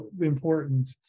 important